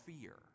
fear